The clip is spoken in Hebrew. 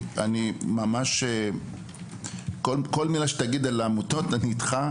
וממש כל מילה שתגיד על העמותות אני איתך.